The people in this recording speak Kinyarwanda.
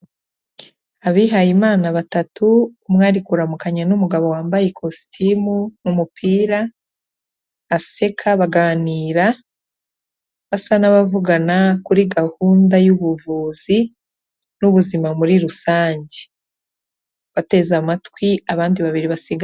Abihayimana batatu, umwe ari kuramukanya n'umugabo wambaye ikositimu n'mupira aseka baganira, basa n'abavugana kuri gahunda y'ubuvuzi n'ubuzima muri rusange, bateze amatwi abandi babiri basigaye.